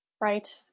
right